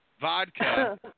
vodka